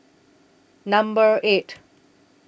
Number eight